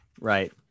Right